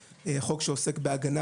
בעינינו זו שאלה שחברינו במשרד